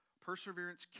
perseverance